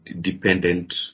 dependent